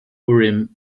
urim